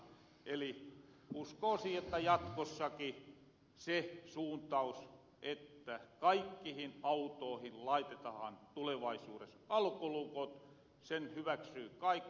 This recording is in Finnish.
eli uskoosin että jatkossakin sen suuntauksen että kaikkihin autoohin laitetahan tulevaisuures alkolukot hyväksyy kaikki